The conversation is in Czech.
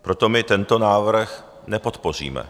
Proto my tento návrh nepodpoříme.